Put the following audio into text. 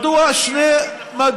מדוע, כי צריך להשקיע בביטחון.